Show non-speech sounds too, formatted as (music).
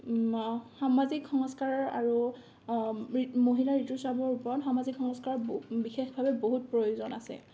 সামাজিক সংস্কাৰৰ আৰু (unintelligible) মহিলাৰ ঋতুস্ৰাৱৰ ওপৰত সামাজিক সংস্কাৰৰ (unintelligible) বিশেষভাৱে বহুত প্ৰয়োজন আছে